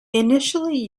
initially